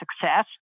success